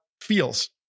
feels